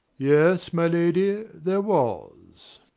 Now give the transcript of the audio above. yes, my lady, there was.